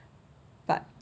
but